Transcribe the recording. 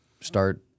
start